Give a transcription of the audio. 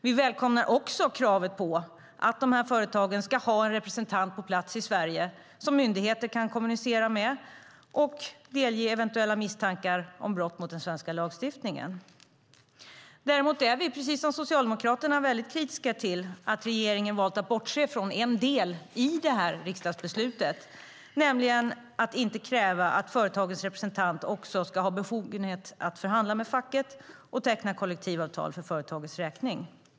Vi välkomnar också kravet på att företagen ska ha en representant på plats i Sverige som myndigheterna kan kommunicera med och delge eventuella misstankar om brott mot den svenska lagstiftningen. Däremot är vi, precis som Socialdemokraterna, mycket kritiska till att regeringen valt att bortse från en del i det här riksdagsbeslutet genom att inte kräva att företagens representant i Sverige också ska ha befogenhet att förhandla med facket och teckna kollektivavtal för företagets räkning.